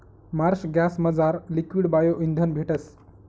Marsh गॅसमझार liquid bio इंधन भेटस